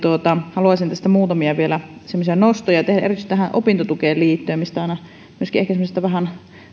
haluaisin tästä vielä muutamia nostoja tehdä erityisesti opintotukeen liittyen mistä ehkä vähän